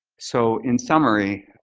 so in summary,